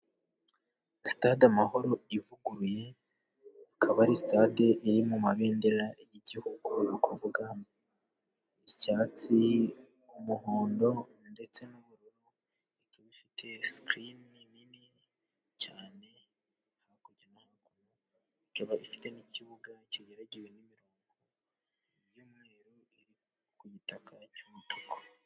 Sitade Amahoro ivuguruye, ikaba ari sitade iri mu mabendera y'igihugu ni ukuvuga icyatsi, umuhondo ndetse n'ubururu, ikaba ifite sikirini nini cyane, ikaba ifite n'ikibuga kigaragiwe n'imirongo y'umweru, iri ku gitaka cy'umutuku.